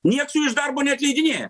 nieks jų iš darbo neatleidinėja